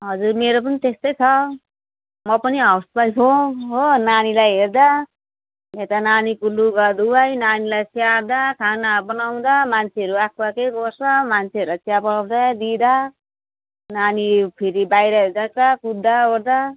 हजुर मेरो पनि त्यस्तै छ म पनि हाउसवाइफ हो हो नानीलाई हेर्दा य ता नानीको लुगा धुवाई नानीलाई स्याहार्दा खाना बनाउँदा मान्छेहरू आएको आएकै गर्छ मान्छेहरूलाई चिया बनाउँदा दिँदा नानी फेरि बाहिर जान्छ कुद्दाओर्दा